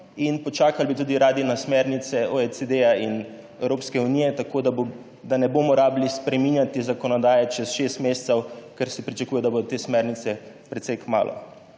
Počakali bi radi tudi na smernice OECD in Evropske unije, tako da ne bomo rabili spreminjati zakonodaje čez šest mesecev, ker se pričakuje, da bodo te smernice precej kmalu.